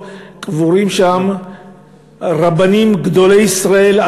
שקבורים שם רבנים גדולי ישראל,